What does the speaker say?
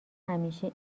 همیشه